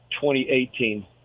2018